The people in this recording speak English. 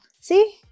see